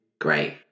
Great